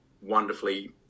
wonderfully